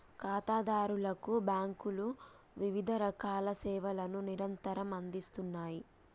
ఖాతాదారులకు బ్యాంకులు వివిధరకాల సేవలను నిరంతరం అందిస్తూ ఉన్నాయి